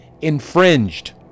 infringed